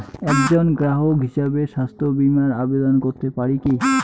একজন গ্রাহক হিসাবে স্বাস্থ্য বিমার আবেদন করতে পারি কি?